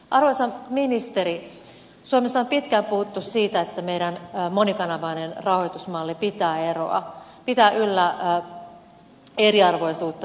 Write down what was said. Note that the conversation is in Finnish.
arvoisa ministeri suomessa on pitkään puhuttu siitä että meidän monikanavainen rahoitusmallimme pitää yllä eriarvoisuutta terveydenhuollossa